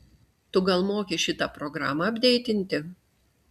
tu gal moki šitą programą apdeitinti